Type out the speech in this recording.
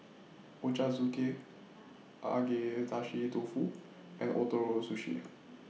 Ochazuke Agedashi Dofu and Ootoro Sushi